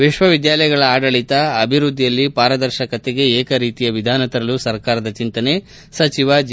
ವಿಶ್ವವಿದ್ಯಾಲಯಗಳ ಆಡಳಿತ ಅಭಿವೃದ್ದಿಯಲ್ಲಿ ಪಾರದರ್ಶಕತೆಗೆ ಏಕ ರೀತಿಯ ವಿಧಾನ ತರಲು ಸರ್ಕಾರದ ಚಿಂತನೆ ಸಚಿವ ಜಿ